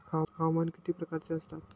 हवामान किती प्रकारचे असतात?